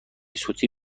صوتی